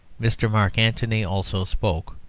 mr. mark antony also spoke,